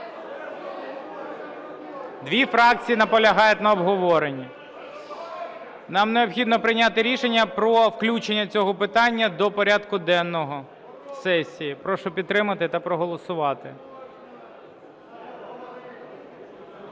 Дві фракції наполягають на обговоренні. Нам необхідно прийняти рішення про включення цього питання до порядку денного сесії. Прошу підтримати та проголосувати.